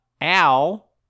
Al